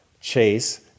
chase